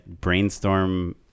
brainstorm